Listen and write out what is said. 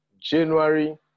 January